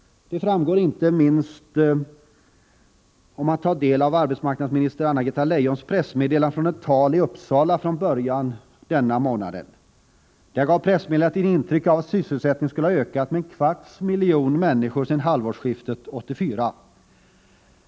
Det framgår inte minst om man tar del av arbetsmarknadsminister Leijons pressmeddelande från ett tal i Uppsala i början av denna månad. Pressmeddelandet ger ett intryck av att sysselsättningen skulle ha ökat med en kvarts miljon människor sedan halvårsskiftet 1984.